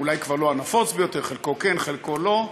אולי כבר לא הנפוץ ביותר, חלקו כן, חלקו לא,